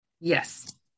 yes